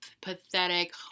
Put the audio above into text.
pathetic